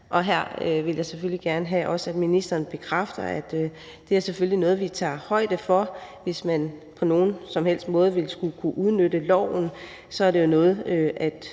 og her vil jeg selvfølgelig også gerne have, at ministeren bekræfter, at det er noget, vi tager højde for, altså at det, hvis man på nogen som helst måde skulle kunne udnytte loven, så også er noget,